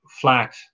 flat